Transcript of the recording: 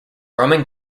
roman